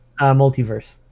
Multiverse